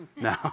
No